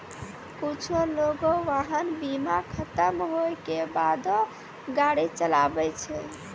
कुछु लोगें वाहन बीमा खतम होय के बादो गाड़ी चलाबै छै